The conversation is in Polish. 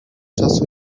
czasu